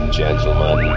gentlemen